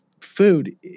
food